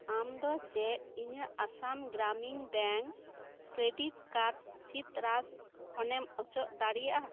ᱟᱢ ᱫᱚ ᱪᱮᱫ ᱤᱧᱟᱹᱜ Assam Gramin Vikas bank credit card ᱥᱤᱛᱨᱟᱥ ᱠᱷᱚᱱᱮᱢ ᱚᱪᱚᱜ ᱫᱟᱲᱤᱭᱟᱜᱼᱟ